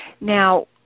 Now